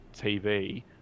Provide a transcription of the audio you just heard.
TV